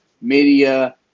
media